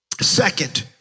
second